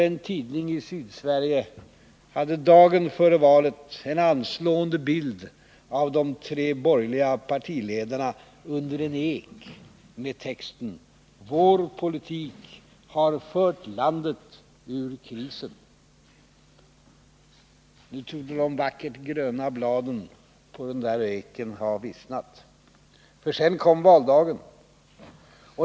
En tidning i Sydsverige hade dagen före valet en anslående bild av de tre borgerliga partiledarna under en ek med texten: Vår politik har fört landet ut ur krisen. Nu torde de vackra gröna bladen på den där eken ha vissnat, för sedan kom valdagen.